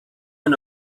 and